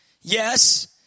Yes